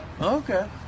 Okay